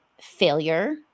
failure